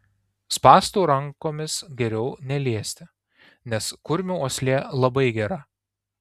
spąstų rankomis geriau neliesti nes kurmių uoslė labai gera